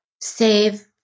save